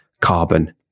carbon